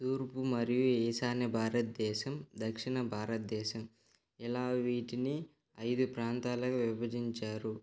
తూర్పు మరియు ఈశాన్య భారతదేశం దక్షిణ భారతదేశం ఇలా వీటిని ఐదు ప్రాంతాలగా విభజించారు